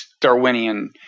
Darwinian